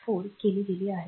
4 केले गेले आहे